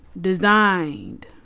designed